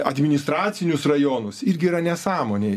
administracinius rajonus irgi yra nesąmonė